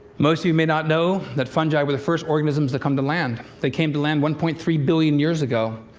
most of you may not know that fungi were the first organisms to come to land. they came to land one point three billion years ago,